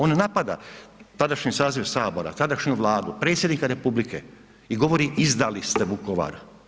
On napada tadašnji saziv Sabora, tadašnju Vladu, predsjednika republike i govori, izdali ste Vukovar.